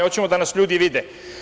Hoćemo da nas ljudi vide.